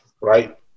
right